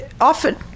often